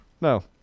No